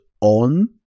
on